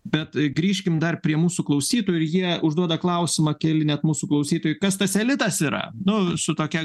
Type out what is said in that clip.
bet grįžkim dar prie mūsų klausytojų ir jie užduoda klausimą keli net mūsų klausytojai kas tas elitas yra nu su tokia